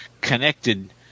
connected